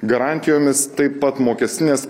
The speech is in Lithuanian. garantijomis taip pat mokestines